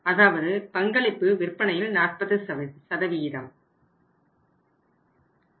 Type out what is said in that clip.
அதாவது பங்களிப்பு விற்பனையில் 40